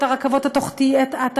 את הרכבות התחתיות,